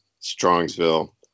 Strongsville